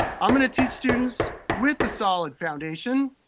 i'm gonna teach students with a solid foundation.